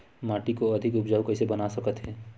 माटी को अधिक उपजाऊ कइसे बना सकत हे?